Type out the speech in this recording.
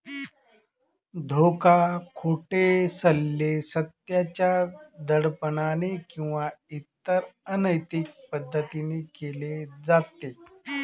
धोका, खोटे सल्ले, सत्याच्या दडपणाने किंवा इतर अनैतिक पद्धतीने केले जाते